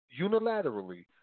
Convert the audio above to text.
unilaterally